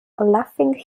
laughing